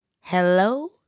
Hello